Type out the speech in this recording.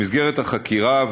במסגרת החקירה,